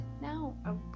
now